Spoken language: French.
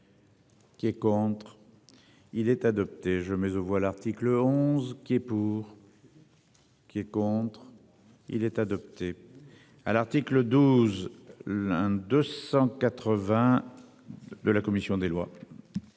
Qui est contre. Il est adopté, je mets aux voix l'article 11 qui est pour. Qui est contre. Il est adopté. À l'article 12 l'. 280. De la commission des lois.